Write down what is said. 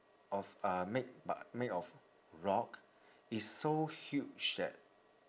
of uh made bu~ made of rock it's so huge that